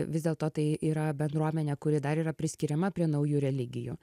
vis dėlto tai yra bendruomenė kuri dar yra priskiriama prie naujų religijų